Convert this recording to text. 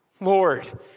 Lord